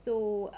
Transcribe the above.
so